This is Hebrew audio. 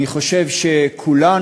אני חושב שכולם,